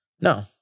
No